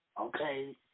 Okay